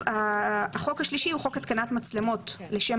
החוק השלישי הוא חוק התקנת מצלמות לשם